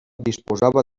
disposava